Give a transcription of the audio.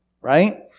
right